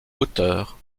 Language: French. auteur